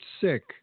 sick